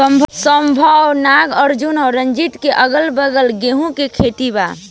सौम्या नागार्जुन और रंजीत के अगलाबगल गेंहू के खेत बा